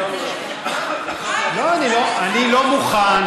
אני לא מוכן.